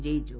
വിജയിച്ചു